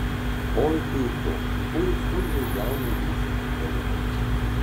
oi puiku puiku jei gaunu jūsų pritarimą